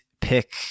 pick